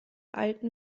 alten